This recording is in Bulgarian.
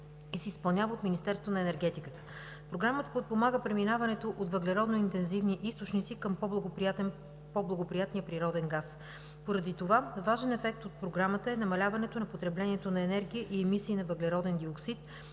и се изпълнява от Министерството на енергетиката. Програмата подпомага преминаването от въглеродно-интензивни източници към по-благоприятния природен газ. Поради това важен ефект от Програмата е намаляването на потреблението на енергии и мисии на въглероден диоксид